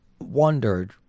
wondered